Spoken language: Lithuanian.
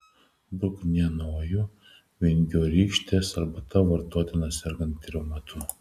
bruknienojų vingiorykštės arbata vartotina sergant reumatu